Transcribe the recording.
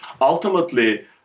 ultimately